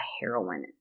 heroin